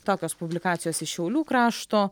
tokios publikacijos iš šiaulių krašto